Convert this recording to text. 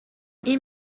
این